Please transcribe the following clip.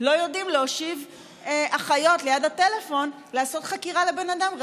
ולא יודעים להושיב אחיות ליד הטלפון לעשות חקירה לבן אדם,